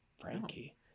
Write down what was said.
frankie